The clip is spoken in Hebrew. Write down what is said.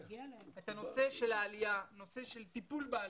את הנושא של העלייה ואת הנושא של טיפול בעלייה.